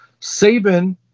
Saban